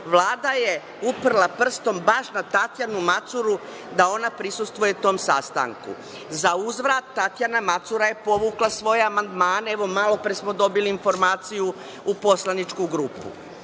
Vlada je uprla prstom baš na Tatjanu Macuru da ona prisustvuje tom sastanku. Zauzvrat, Tatjana Macura je povukla svoje amandmane. Evo, malopre smo dobili informaciju u poslaničku grupu. Ovo